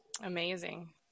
Amazing